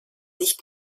nicht